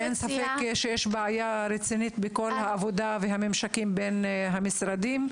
אין ספק שיש בעיה רצינית בכל העבודה ובכל הממשקים בין המשרדים,